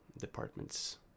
departments